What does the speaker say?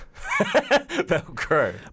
Velcro